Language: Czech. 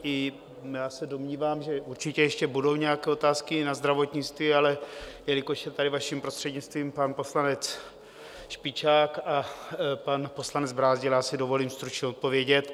I já se domnívám, že určitě ještě budou nějaké otázky na zdravotnictví, ale jelikož je tady, vaším prostřednictvím, pan poslanec Špičák a pan poslanec Brázdil, já si dovolím stručně odpovědět.